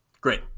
Great